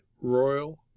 Royal